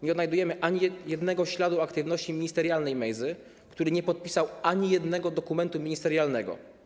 Nie odnajdujemy ani jednego śladu jego aktywności ministerialnej Mejzy, który nie podpisał ani jednego dokumentu ministerialnego.